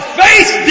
faith